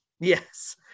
yes